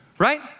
Right